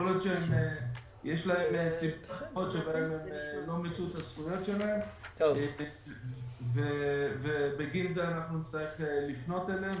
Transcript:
יכול להיות שלא מיצו את הזכויות שלהם ובגין זה אנחנו נצטרך לפנות אליהם.